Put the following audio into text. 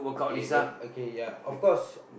okay the okay ya of course